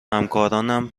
همکارانم